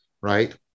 right